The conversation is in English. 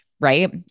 Right